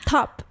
top